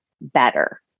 better